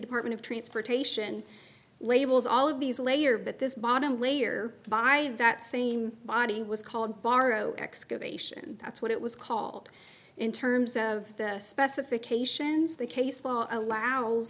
department of transportation labels all of these layer but this bottom layer by that same body was called borrow excavation that's what it was called in terms of the specifications the case law allow